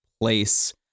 place